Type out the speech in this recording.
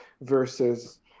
versus